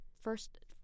first